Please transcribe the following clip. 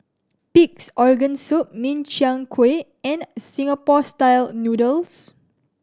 Pig's Organ Soup Min Chiang Kueh and Singapore Style Noodles